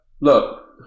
Look